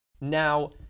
Now